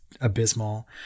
abysmal